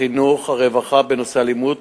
החינוך והרווחה בנושא אלימות